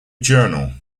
journal